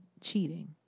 Cheating